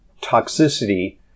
toxicity